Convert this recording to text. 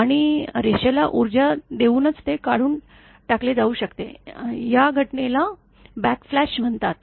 आणि रेषेला ऊर्जा देऊनच ते काढून टाकले जाऊ शकते या घटनेला बॅकफ्लॅश म्हणतात